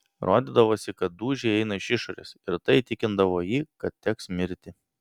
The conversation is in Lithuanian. rodydavosi kad dūžiai eina iš išorės ir tai įtikindavo jį kad teks mirti